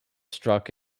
struck